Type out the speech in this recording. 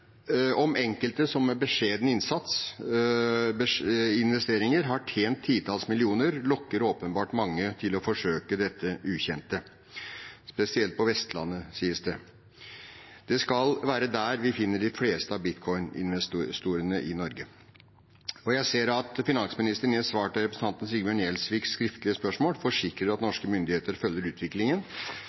om enkelte som med beskjedne investeringer har tjent titalls millioner, lokker åpenbart mange til å forsøke dette ukjente – spesielt på Vestlandet, sies det. Det skal være der vi finner de fleste bitcoin-investorene i Norge. Jeg ser at finansministeren i et svar på representanten Sigbjørn Gjelsviks skriftlige spørsmål forsikrer at norske myndigheter følger utviklingen